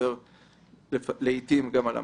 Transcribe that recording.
לדבר לעיתים גם על המערכת.